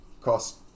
cost